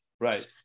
Right